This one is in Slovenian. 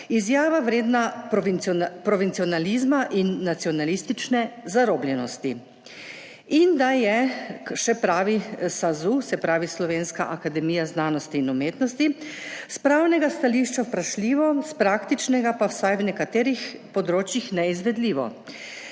izjava, vredna provincionalizma in nacionalistične zarobljenosti. In da je, še pravi SAZU, se pravi Slovenska akademija znanosti in umetnosti, s pravnega stališča vprašljivo, s praktičnega pa vsaj na nekaterih področjih neizvedljivo,